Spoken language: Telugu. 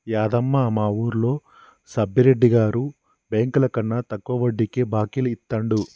యాదమ్మ, మా వూరిలో సబ్బిరెడ్డి గారు బెంకులకన్నా తక్కువ వడ్డీకే బాకీలు ఇత్తండు